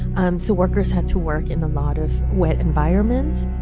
um so workers had to work in a lot of wet environments,